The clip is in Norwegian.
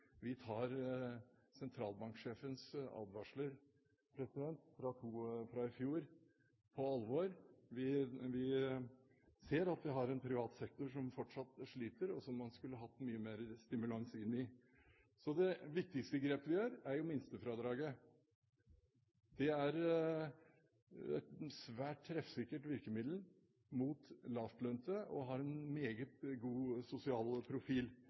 Vi tar sentralbanksjefens advarsler fra i fjor på alvor. Vi ser at vi har en privat sektor som fortsatt sliter, og som man skulle hatt mye mer stimulans inn i. Det viktigste grepet vi gjør, er minstefradraget. Det er et svært treffsikkert virkemiddel inn mot lavtlønte, og har en meget god sosial profil.